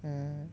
mm